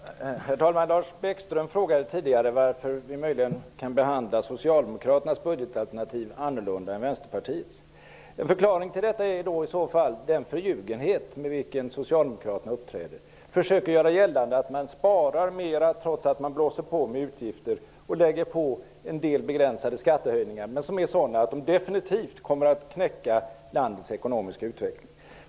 Herr talman! Lars Bäckström frågade tidigare varför vi möjligen kan behandla Socialdemokraternas budgetalternativ annorlunda än Vänsterpartiets. En förklaring till detta är i så fall den förljugenhet med vilken Socialdemokraterna uppträder. De försöker göra gällande att man sparar mera trots att man blåser på med utgifter och lägger på en del begränsade skattehöjningar, som är sådana att de definitivt kommer att knäcka landets ekonomiska utveckling.